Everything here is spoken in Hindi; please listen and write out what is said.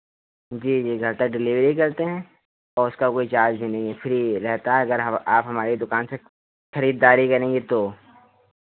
जी जी घर तक डिलीवरी करते हैं और उसका कोई चार्ज़ भी नहीं है फ्री रहता है अगर आप हमारी दुकान से खरीददारी करेंगे तो